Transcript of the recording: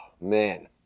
man